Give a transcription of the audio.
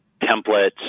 templates